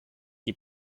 die